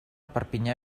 perpinyà